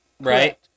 Right